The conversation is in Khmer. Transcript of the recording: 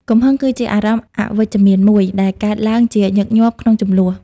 កំហឹង គឺជាអារម្មណ៍អវិជ្ជមានមួយដែលកើតឡើងជាញឹកញាប់ក្នុងជម្លោះ។